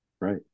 right